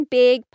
big